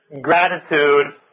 gratitude